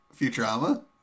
Futurama